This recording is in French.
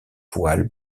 poils